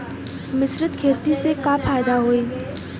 मिश्रित खेती से का फायदा होई?